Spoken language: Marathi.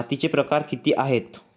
मातीचे प्रकार किती आहेत?